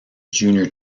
junior